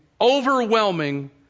overwhelming